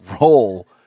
role